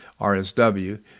RSW